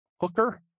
Hooker